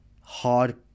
hard